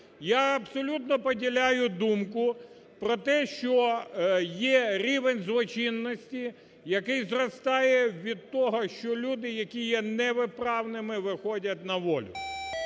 я абсолютно поділяю думку про те, що є рівень злочинності, який зростає від того, що люди, які є невиправними, виходять на волю.